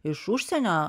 iš užsienio